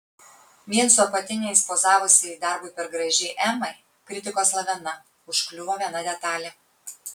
vien su apatiniais pozavusiai darbui per gražiai emai kritikos lavina užkliuvo viena detalė